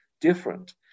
different